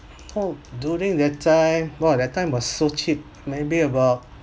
during that time but that time was so cheap maybe about